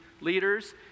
leaders